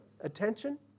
attention